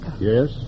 Yes